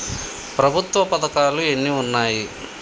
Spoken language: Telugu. ప్రభుత్వ పథకాలు ఎన్ని ఉన్నాయి?